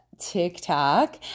TikTok